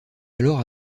alors